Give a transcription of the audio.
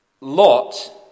Lot